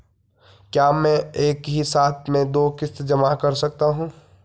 क्या मैं एक ही साथ में दो किश्त जमा कर सकता हूँ?